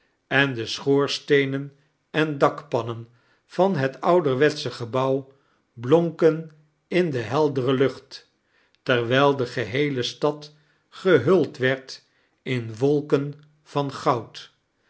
en de schoorsteenen en dakpanmen van het ouderwetsche gebouw blonken in de heldere lucht terwijl de geheele stad gehuld werd in wolken van goud